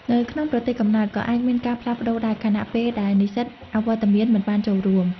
នៅក្នុងប្រទេសកំណើត ក៏អាចមានការផ្លាស់ប្តូរដែរ ខណៈពេលដែលនិស្សិតអវត្តមានមិនបានចូលរួម។